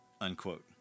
unquote